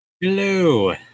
Hello